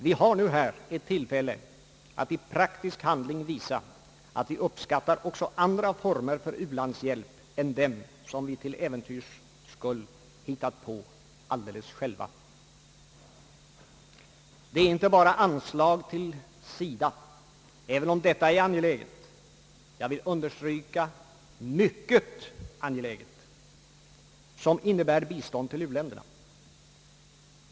Vi har nu här ett tillfälle att i praktisk handling visa att vi uppskattar också andra former för u-landshjälp än dem som vi till äventyrs hittar på alldeles själva. Det är angeläget — och jag vill understryka: mycket angeläget — med anslag till SIDA, men det är inte bara sådana anslag som innebär bistånd till u-länderna.